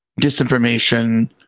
disinformation